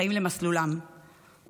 למסלולם",